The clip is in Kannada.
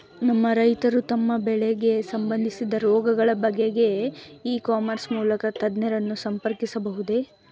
ನಮ್ಮ ರೈತರು ತಮ್ಮ ಬೆಳೆಗೆ ಸಂಬಂದಿಸಿದ ರೋಗಗಳ ಬಗೆಗೆ ಇ ಕಾಮರ್ಸ್ ಮೂಲಕ ತಜ್ಞರನ್ನು ಸಂಪರ್ಕಿಸಬಹುದೇ?